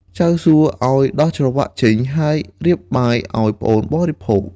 ចៅសួឱ្យដោះច្រវាក់ចេញ ហើយរៀបបាយឱ្យប្អូនបរិភោគ។